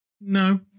No